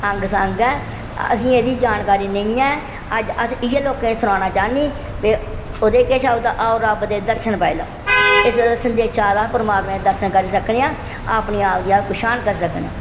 अंग संग ऐ असेंगी एह्दी जानकारी नेईं ऐ अज्ज अ इयै लोकें गी सनाना चाहन्नीं बे ओह्दे च केह् शब्द ऐ आओ रब्ब दे दर्शन पाई लैओ इस गल्ला संदेशा आ दा परमात्मा दे दर्शन करी सकने आं अपने आप दी अस पछान करी सकने आं